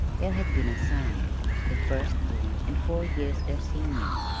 there had been a son the first born, and four years their senior.